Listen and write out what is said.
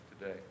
today